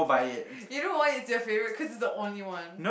you know why it's your favourite cause it's the only one